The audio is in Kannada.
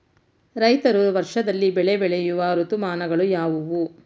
ರೈತರು ವರ್ಷದಲ್ಲಿ ಬೆಳೆ ಬೆಳೆಯುವ ಋತುಮಾನಗಳು ಯಾವುವು?